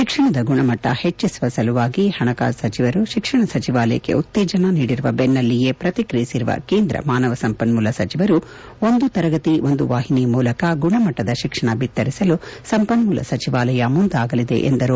ಶಿಕ್ಷಣದ ಗುಣಮಟ್ಟ ಹೆಚ್ಚಿಸುವ ಸಲುವಾಗಿ ಹಣಕಾಸು ಸಚಿವರು ಶಿಕ್ಷಣ ಸಚಿವಾಲಯಕ್ಕೆ ಉತ್ತೇಜನ ನೀಡಿರುವ ಬೆನ್ನಲ್ಲಿಯೇ ಪ್ರತಿಕ್ರಿಯಿಸಿರುವ ಕೇಂದ್ರ ಮಾನವ ಸಂಪನ್ನೂಲ ಸಚಿವರು ಒಂದು ತರಗತಿ ಒಂದು ವಾಹಿನಿ ಮೂಲಕ ಗುಣಮಟ್ಟದ ಶಿಕ್ಷಣವನ್ನು ಬಿತ್ತರಿಸಲು ಸಂಪನ್ನೂಲ ಸಚಿವಾಲಯ ಮುಂದಾಗಲಿದೆ ಎಂದರು